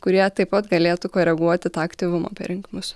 kurie taip pat galėtų koreguoti tą aktyvumą per rinkimus